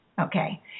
Okay